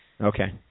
Okay